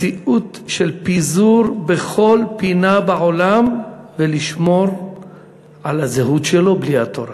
מציאות של פיזור בכל פינה בעולם ולשמור על הזהות שלו בלי התורה.